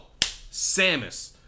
Samus